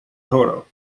toro